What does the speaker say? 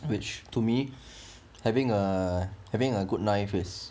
which to me having a having a good knife is